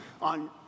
on